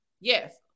Yes